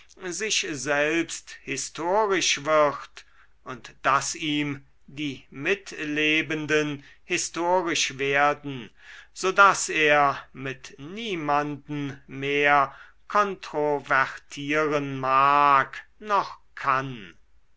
sich selbst historisch wird und daß ihm die mitlebenden historisch werden so daß er mit niemanden mehr kontrovertieren mag noch kann